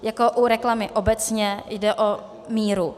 Jako u reklamy obecně jde o míru.